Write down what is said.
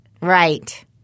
right